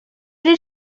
did